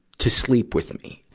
to sleep with me.